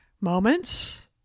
moments